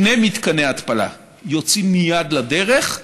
שני מתקני התפלה יוצאים מייד לדרך,